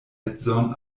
edzon